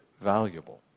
valuable